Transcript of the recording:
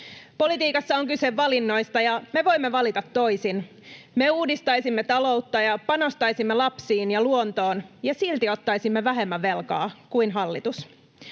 Politiikassa on kyse valinnoista, ja me voimme valita toisin. Me uudistaisimme taloutta ja panostaisimme lapsiin ja luontoon — ja silti ottaisimme vähemmän velkaa kuin hallitus.